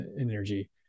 energy